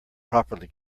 properly